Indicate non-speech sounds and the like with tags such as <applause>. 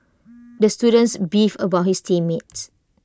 <noise> the student beefed about his team mates